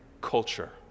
culture